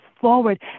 forward